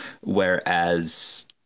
whereas